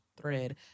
thread